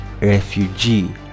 refugee